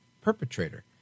perpetrator